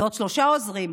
זה עוד שלושה עוזרים,